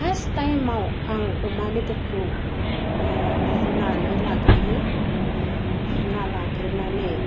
first टाइमाव आं अमा बेदरखौ रुनानै लाग्रोयो रुना लाग्रोनानै